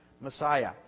Messiah